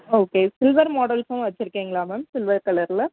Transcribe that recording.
okay silver மாடல்ஸும் வைச்சிருக்கீங்களா ma'am silver கலரில்